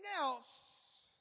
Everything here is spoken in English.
else